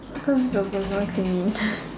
cause the person came in